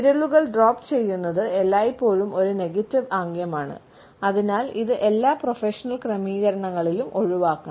വിരലുകൾ ഡ്രോപ്പ് ചെയ്യുന്നത് എല്ലായ്പ്പോഴും ഒരു നെഗറ്റീവ് ആംഗ്യമാണ് അതിനാൽ ഇത് എല്ലാ പ്രൊഫഷണൽ ക്രമീകരണങ്ങളിലും ഒഴിവാക്കണം